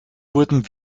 wurden